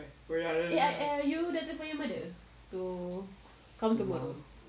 oh ya you dah telefon your mother to come tomorrow